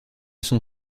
son